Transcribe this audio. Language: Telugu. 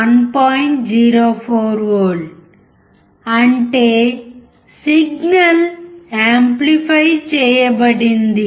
04V అంటే సిగ్నల్ యాంప్లిఫై చేయబడింది